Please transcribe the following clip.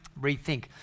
Rethink